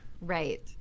Right